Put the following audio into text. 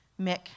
Mick